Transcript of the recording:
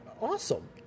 Awesome